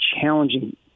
challenging